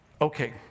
Okay